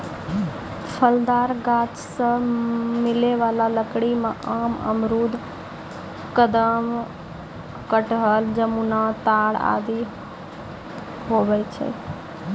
फलदार गाछ सें मिलै वाला लकड़ी में आम, अमरूद, कदम, कटहल, जामुन, ताड़ आदि आवै छै